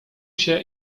się